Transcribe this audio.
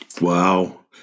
Wow